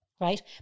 right